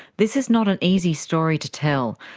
this is not an easy story to tell.